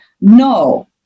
no